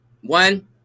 one